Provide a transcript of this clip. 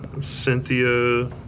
Cynthia